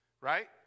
right